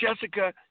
Jessica